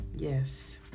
yes